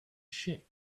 shape